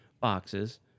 boxes